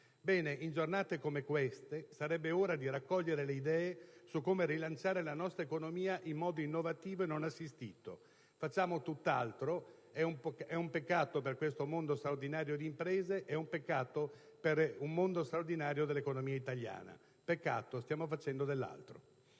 in giornate come queste sarebbe ora di raccogliere le idee su come rilanciare la nostra economia in modo innovativo e non assistito. Facciamo tutt'altro; è un peccato per questo mondo straordinario di imprese, è un peccato per un mondo straordinario dell'economia italiana. Peccato, stiamo facendo dell'altro.